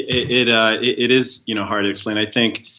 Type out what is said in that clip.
it ah it is you know hard to explain. i think